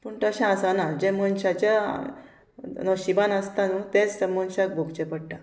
पूण तशें आसना जें मनशाच्या नशिबान आसता न्हू तेंच मनशाक भोगचें पडटा